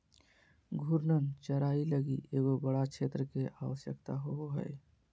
घूर्णन चराई लगी एगो बड़ा क्षेत्र के आवश्यकता होवो हइ